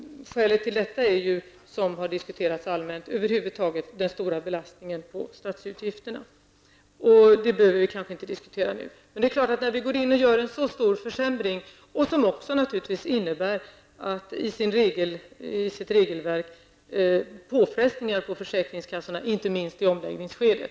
Skälet till detta är något som har diskuterats allmänt, nämligen den stora belastningen på statsutgifterna, och detta behöver vi kanske inte diskutera nu. En sådan stor försämring innebär naturligtvis också i sitt regelverk påfrestningar på försäkringskassorna, inte minst i omläggningsskedet.